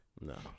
No